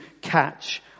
catch